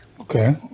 okay